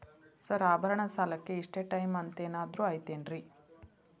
Sir ಆಭರಣದ ಸಾಲಕ್ಕೆ ಇಷ್ಟೇ ಟೈಮ್ ಅಂತೆನಾದ್ರಿ ಐತೇನ್ರೇ?